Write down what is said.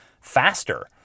faster